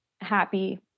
happy